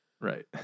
Right